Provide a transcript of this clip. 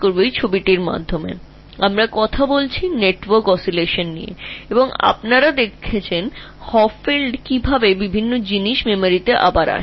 আমরা নেটওয়ার্কগুলির সম্পর্কে দোলন সম্পর্কে কথা বললাম তোমরা হপফিল্ড দেখেছ তারপরে উপায়গুলি কীভাবে হবে আমরা আবার মেমরিতে ফিরে আসব